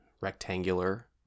rectangular